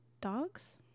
Dogs